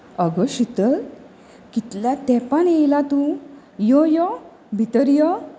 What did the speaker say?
अगो शितळ कितल्या तेंपान येयलां तूं यो यो भितर यो